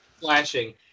flashing